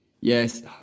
Yes